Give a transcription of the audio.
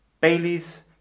Baileys